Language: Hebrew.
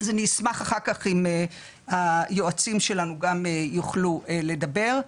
אני אשמח אחר כך אם היועצים שלנו גם יוכלו לדבר.